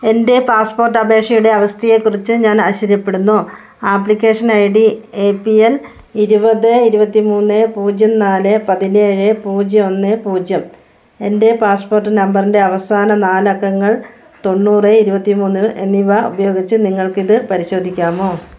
എൻറ്റെ പാസ്പ്പോട്ട് അപേഷയുടെ അവസ്ഥയെക്കുറിച്ച് ഞാൻ ആശ്ചര്യപ്പെടുന്നു application I D A P L ഇരുപത്തിമൂന്ന് പൂജ്യം നാല് പതിനേഴ് പൂജ്യം ഒന്ന് പൂജ്യം എൻറ്റെ പാസ്പ്പോട്ട് നമ്പറിൻറ്റെ അവസാന നാലക്കങ്ങൾ തൊണ്ണൂറ് ഇരുപത്തിമൂന്ന് എന്നിവ ഉപയോഗിച്ച് നിങ്ങൾക്കിത് പരിശോധിക്കാമോ